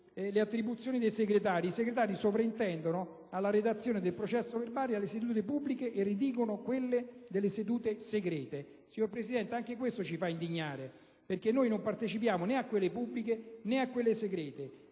le attribuzioni dei Segretari: essi «sovrintendono alla redazione del processo verbale delle sedute pubbliche e redigono quello delle sedute segrete». Signor Presidente, anche questo ci fa indignare, perché noi non partecipiamo né alle sedute pubbliche né a quelle segrete,